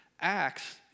acts